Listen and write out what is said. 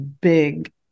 big